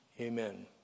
amen